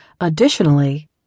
Additionally